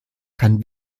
kann